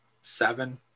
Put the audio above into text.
seven